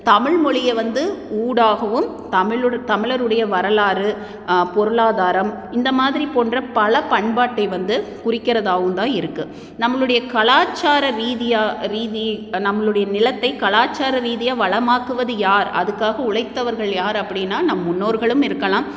தமிழ்மொழியை வந்து ஊடாகவும் தமிழோட தமிழருடைய வரலாறு பொருளாதாரம் இந்த மாதிரி போன்ற பல பண்பாட்டை வந்து குறிக்கிறதாகவுந்தான் இருக்குது நம்மளுடைய கலாச்சார ரீதியாக ரீதி நம்மளுடைய நிலத்தை கலாச்சார ரீதியாக வளமாக்குவது யார் அதுக்காக உழைத்தவர்கள் யார் அப்படின்னா நம் முன்னோர்களும் இருக்கலாம்